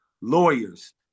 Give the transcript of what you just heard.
lawyers